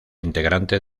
integrante